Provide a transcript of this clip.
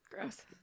gross